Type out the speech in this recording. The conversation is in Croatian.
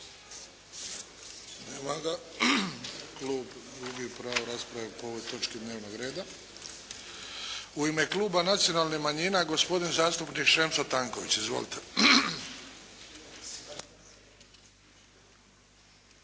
U ime kluba Nacionalnih manjina, gospodin zastupnik Šemso Tanković. Izvolite.